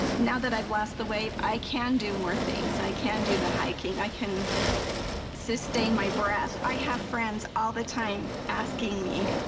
now that i have lost the i can do more things. i can do the hiking, i can sustain my breath, i have friends all the time asking me,